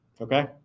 Okay